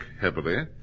heavily